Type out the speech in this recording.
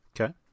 Okay